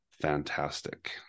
fantastic